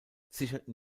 sicherten